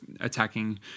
attacking